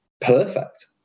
perfect